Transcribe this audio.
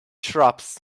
shrubs